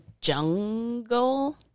jungle